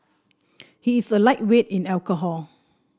he is a lightweight in alcohol